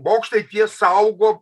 bokštai tie saugo